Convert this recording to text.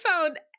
found